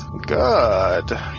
Good